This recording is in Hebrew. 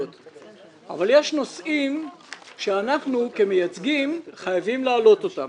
אבל יש נושאים שאנחנו כמייצגים חייבים להעלות אותם.